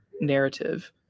narrative